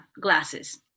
glasses